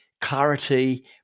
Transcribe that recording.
clarity